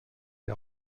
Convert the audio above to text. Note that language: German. der